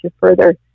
further